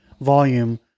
volume